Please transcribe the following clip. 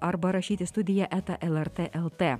arba rašyti į studija eta el er tė el tė